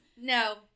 No